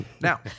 Now